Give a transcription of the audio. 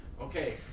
okay